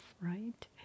right